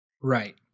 Right